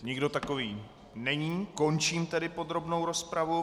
Nikdo takový není, končím tedy podrobnou rozpravu.